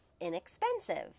Inexpensive